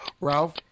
Ralph